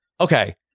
Okay